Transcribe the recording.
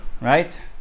Right